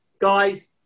Guys